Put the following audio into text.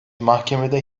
mahkemede